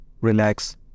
Relax